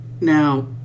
Now